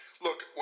look